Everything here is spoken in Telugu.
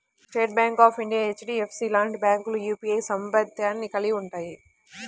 state bank of India, HDFC లాంటి బ్యాంకులు యూపీఐ సభ్యత్వాన్ని కలిగి ఉంటయ్యి